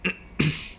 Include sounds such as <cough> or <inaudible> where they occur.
<noise>